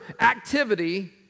activity